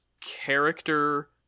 character